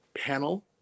panel